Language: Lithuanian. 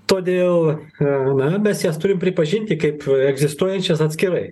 todėl na mes jas turim pripažinti kaip egzistuojančios atskirai